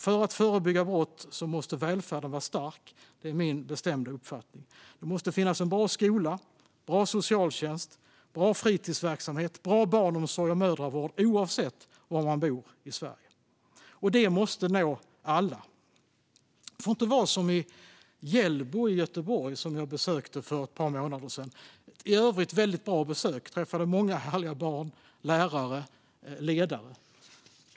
För att förebygga brott måste välfärden vara stark; det är min bestämda uppfattning. Det måste finnas en bra skola, bra socialtjänst, bra fritidsverksamhet och bra barnomsorg och mödravård oavsett var man bor i Sverige, och detta måste nå alla. Det får inte vara som i Hjällbo i Göteborg, som jag besökte för ett par månader sedan. Det var ett i övrigt väldigt bra besök; jag träffade många härliga barn, lärare och ledare.